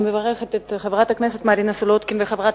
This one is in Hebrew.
אני מברכת את חברת הכנסת מרינה סולודקין וחברת